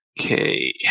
Okay